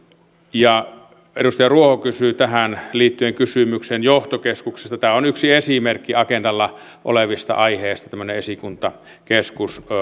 edustaja ruoho kysyi tähän liittyen kysymyksen johtokeskuksesta tämä on yksi esimerkki agendalla olevista aiheista tämmöinen esikuntakeskus